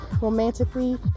romantically